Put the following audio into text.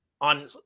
on